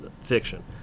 fiction